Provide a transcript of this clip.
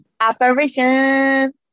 Operation